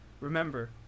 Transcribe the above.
remember